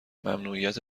ممنوعیت